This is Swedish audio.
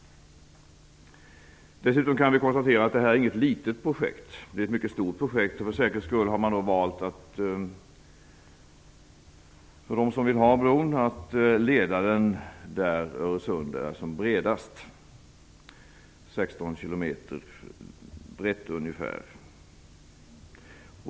Vi kan konstatera att detta inte är något litet projekt utan är ett stort projekt. För säkerhets skull har de som vill ha bron valt att placera den där Öresund är som bredast - ungefär 16 km brett.